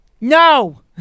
No